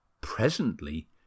Presently